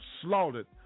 slaughtered